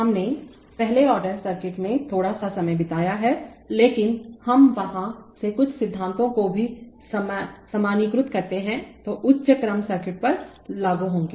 हमने पहले order circuit में थोड़ा सा समय बिताया है लेकिन हम वहां से कुछ सिद्धांतों को भी सामान्यीकृत करते हैं जो उच्च क्रम सर्किट पर लागू होंगे